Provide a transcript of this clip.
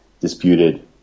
disputed